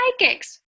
psychics